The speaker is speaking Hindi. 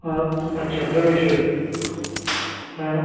हाँ अच्छा प्रवेश शुल्क हाँ